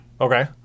Okay